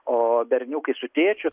o berniukai su tėčiu